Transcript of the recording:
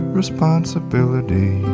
responsibility